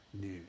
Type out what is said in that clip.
news